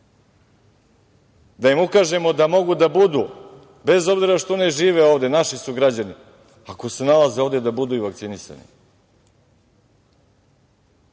Da im ukažemo da mogu da budu, bez obzira što ne žive ovde, naši su građani, ako se nalaze ovde da budu i vakcinisani.